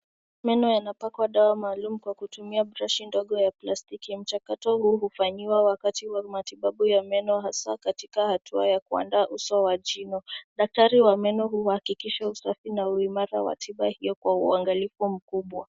Meno yanapakwa dawa maalumu kwa kutumia brashi ndogo ya plastiki. Mchakato huu hufanyinywa wakati wa matibabu ya meno hasaa katika hatua ya kuandaa uso wa jino. Daktari wa meno huakikisha usafi na uimara wa tiba hiyo kwa uangalifu mkubwa.